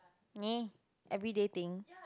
me everyday think